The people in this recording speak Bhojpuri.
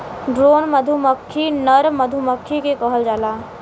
ड्रोन मधुमक्खी नर मधुमक्खी के कहल जाला